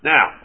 Now